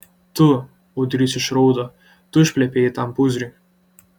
tu ūdrys išraudo tu išplepėjai tam pūzrui